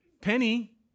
Penny